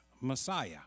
Messiah